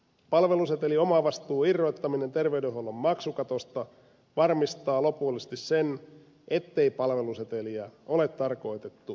palvelusetelin omavastuun irrottaminen terveydenhuollon maksukatosta varmistaa lopullisesti sen ettei palveluseteliä ole tarkoitettu vähävaraisten käyttöön